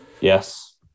Yes